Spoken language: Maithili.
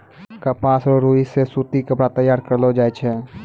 कपास रो रुई से सूती कपड़ा तैयार करलो जाय छै